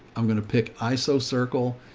i'm going to pick iso circle.